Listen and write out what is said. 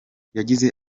yagize